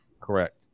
correct